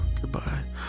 Goodbye